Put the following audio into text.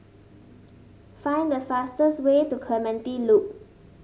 find the fastest way to Clementi Loop